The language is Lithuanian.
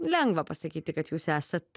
lengva pasakyti kad jūs esat